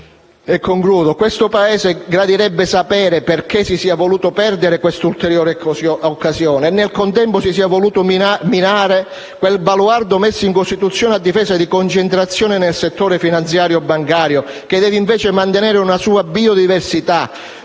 Il Paese gradirebbe sapere perché si sia voluto perdere quest'ulteriore occasione e, nel contempo, si sia voluto minare quel baluardo messo in Costituzione a difesa di concentrazioni nel settore finanziario e bancario, che deve invece mantenere una sua biodiversità.